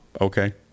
okay